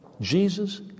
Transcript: Jesus